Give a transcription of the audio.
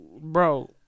Bro